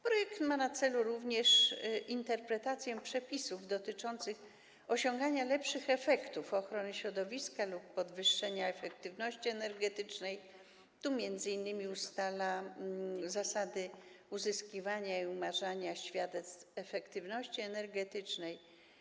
Projekt ma na celu również interpretację przepisów dotyczących osiągania lepszych efektów ochrony środowiska lub podwyższenia efektywności energetycznej, m.in. ustala zasady uzyskiwania i umarzania świadectw efektywności energetycznej.